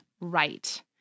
right